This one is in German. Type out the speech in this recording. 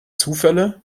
zufälle